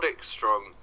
Strong